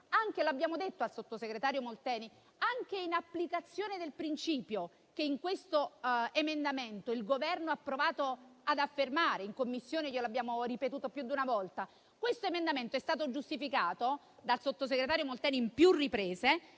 come abbiamo detto al sottosegretario Molteni, anche in applicazione del principio che nel suo emendamento il Governo ha provato ad affermare. In Commissione glielo abbiamo ripetuto più di una volta: l'emendamento del Governo è stato giustificato dal sottosegretario Molteni, a più riprese,